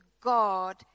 God